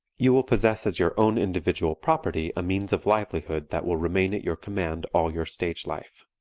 you will possess as your own individual property a means of livelihood that will remain at your command all your stage life.